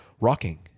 Rocking